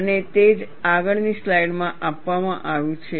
અને તે જ આગળની સ્લાઈડમાં આપવામાં આવ્યું છે